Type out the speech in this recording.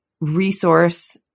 resource